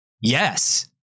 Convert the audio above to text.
yes